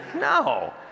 No